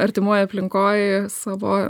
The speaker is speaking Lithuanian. artimoj aplinkoj savo